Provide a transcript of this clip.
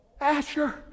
Asher